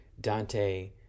Dante